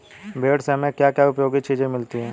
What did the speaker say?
भेड़ से हमें क्या क्या उपयोगी चीजें मिलती हैं?